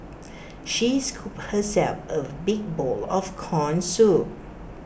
she scooped herself A big bowl of Corn Soup